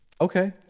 Okay